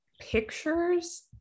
pictures